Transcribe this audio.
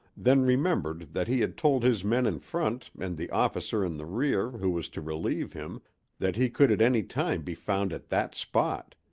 then remembered that he had told his men in front and the officer in the rear who was to relieve him that he could at any time be found at that spot.